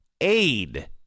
aid